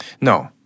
no